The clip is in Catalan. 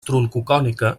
troncocònica